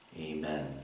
amen